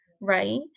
right